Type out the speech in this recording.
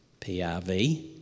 PRV